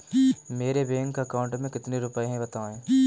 मेरे bank account में कितने रुपए हैं बताएँ?